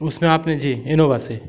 उसमें आपने जी इनोवा से